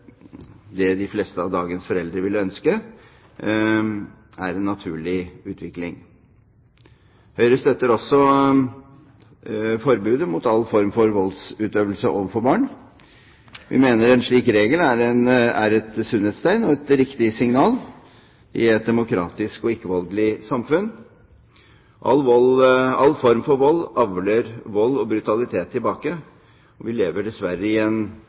det de fleste av dagens foreldre ville ønske, er en naturlig utvikling. Høyre støtter også forbudet mot all form for voldsutøvelse overfor barn. Vi mener en slik regel er et sunnhetstegn og et riktig signal i et demokratisk og ikke-voldelig samfunn. All form for vold avler vold og brutalitet tilbake. Vi lever dessverre